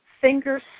Fingers